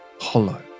hollow